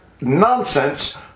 nonsense